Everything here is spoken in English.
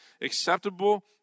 acceptable